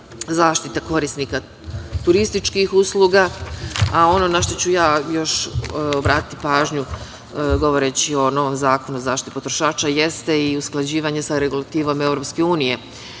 zaštita korisnika turističkih usluga, a ono na šta ću ja još obratiti pažnju govoreći o novom Zakonu o zaštiti potrošača jeste i usklađivanje sa regulativom